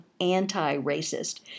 anti-racist